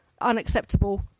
unacceptable